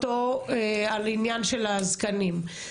על עניין הזקנים.